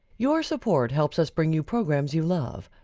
your support helps us bring you programs you love.